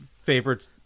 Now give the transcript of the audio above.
favorite